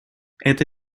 это